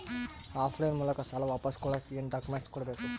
Of line ಮೂಲಕ ಸಾಲ ವಾಪಸ್ ಕೊಡಕ್ ಏನು ಡಾಕ್ಯೂಮೆಂಟ್ಸ್ ಕೊಡಬೇಕು?